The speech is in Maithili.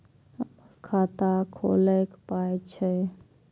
हमर खाता खौलैक पाय छै